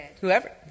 whoever